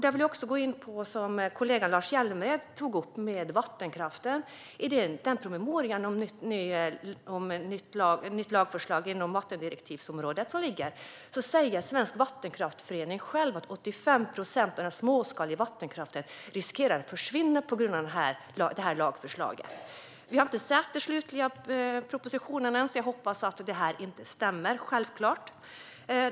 Jag vill också gå in på vattenkraften, som kollegan Lars Hjälmered tog upp. I promemorian om nytt lagförslag inom vattendirektivsområdet säger Svensk Vattenkraftförening att 85 procent av den småskaliga vattenkraften riskerar att försvinna på grund av detta lagförslag. Vi har inte sett den slutliga propositionen än. Jag hoppas självklart att detta inte stämmer.